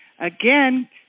Again